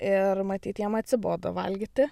ir matyt jiem atsibodo valgyti